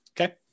Okay